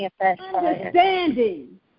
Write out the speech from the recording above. Understanding